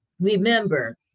Remember